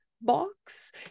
box